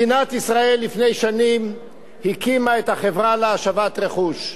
מדינת ישראל לפני שנים הקימה את החברה להשבת רכוש,